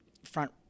front